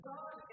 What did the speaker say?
God